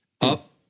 Up